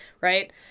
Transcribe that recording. Right